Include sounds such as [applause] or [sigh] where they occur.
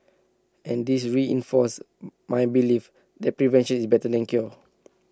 and this reinforced [hesitation] my belief that prevention is better than cure